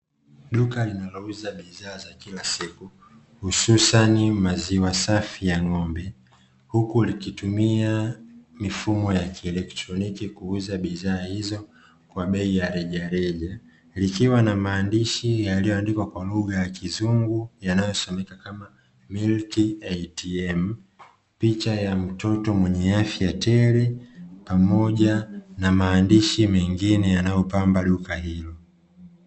Duka linalouza bidhaa za kila siku hususan maziwa safi ya ng'ombe, huku likitumia mfumo wa kieletroniki ili kuuza bidhaa hizo kwa bei ya rejareja. Likiwa na maandishi yaliyoandikwa kwa lugha ya kizungu yanayosomeka kama "MILK ATM", picha ya mtoto mwenye afya tele pamoja na maandishi mengine yanayopamba duka hilo.